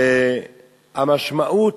והמשמעות,